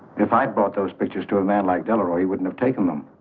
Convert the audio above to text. if i brought those pictures to a man like gallery would and have taken them.